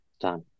Done